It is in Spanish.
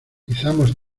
izamos